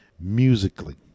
Musically